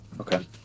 okay